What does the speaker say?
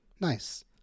Nice